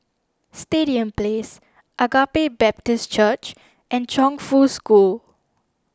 Stadium Place Agape Baptist Church and Chongfu School